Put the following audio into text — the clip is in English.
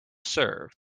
serve